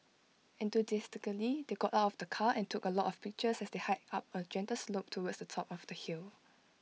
enthusiastically they got out of the car and took A lot of pictures as they hiked up A gentle slope towards the top of the hill